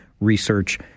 research